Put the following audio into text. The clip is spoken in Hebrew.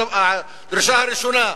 הדרישה הראשונה: